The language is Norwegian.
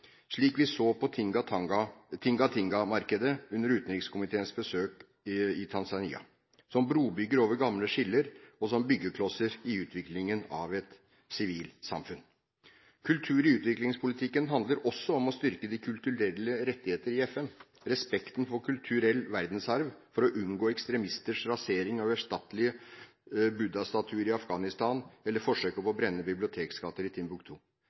slik vi så på Tinga Tinga-markedet under utenrikskomiteens besøk i Tanzania – som brobygger over gamle skiller og som byggeklosser i utviklingen av et sivilsamfunn. Kultur i utviklingspolitikken handler også om å styrke de kulturelle rettigheter i FN, respekten for kulturell verdensarv for å unngå ekstremisters rasering av uerstattelige Buddha-statuer i Afghanistan eller forsøket på å brenne bibliotekskatter i